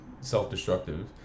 self-destructive